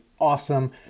awesome